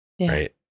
Right